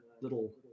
little